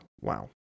Wow